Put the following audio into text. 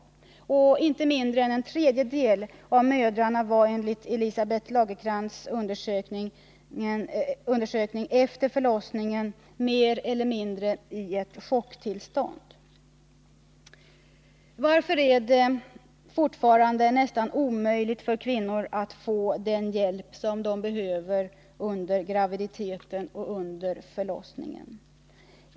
Inte mindre än en tredjedel av mödrarna var enligt Elisabeth Lagercrantz undersökning efter förlossningen mer eller mindre i ett chocktillstånd. Varför är det fortfarande nästan omöjligt för kvinnor att få den hjälp som de behöver under graviditeten och under förlossningen?